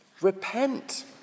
Repent